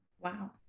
Wow